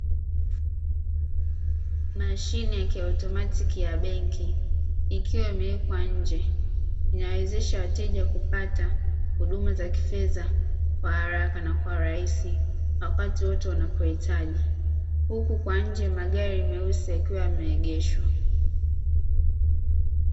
Mashine ya kiotomatiki ya benki, ikiwa imewekwa nnje inawezesha wateja kupata huduma za kifedha kwa haraka na kwa urahisi, wakati wowote wanapo hitaji, huku kwa nnje magari meusi yakiwa yameegeshwa.